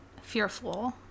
fearful